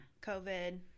COVID